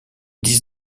dix